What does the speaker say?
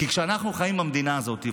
כי כשאנחנו חיים במדינה הזאת,